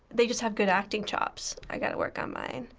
they just have good acting chops. i gotta work on mine,